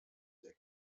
der